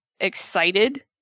excited